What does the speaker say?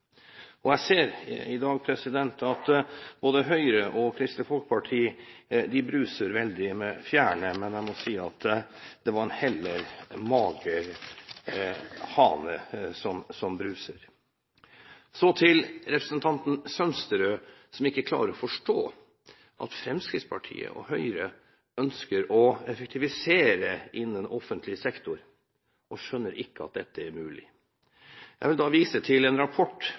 Jeg ser i dag at både Høyre og Kristelig Folkeparti bruser veldig med fjærene, men jeg må si at det er en heller mager hane som bruser. Så til representanten Sønsterud, som ikke klarer å forstå at Fremskrittspartiet og Høyre ønsker å effektivisere innen offentlig sektor; hun skjønner ikke at dette er mulig. Jeg vil da vise til en rapport